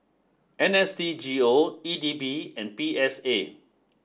N S D G O E D B and P S A